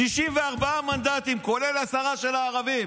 רק, הם לא אומרים "פועלי הבניין".